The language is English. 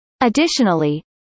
Additionally